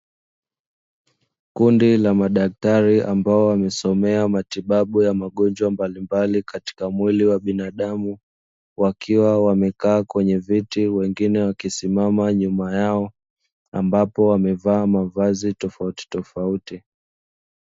Kundi la madaktari, ambao wamesomea matibabu ya magonjwa mbalimbali katika mwili wa binadamu, wakiwa wamekaa kwenye viti, wengine wakisimama nyuma yao, ambapo wamevaa mavazi tofautitofauti.